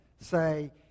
say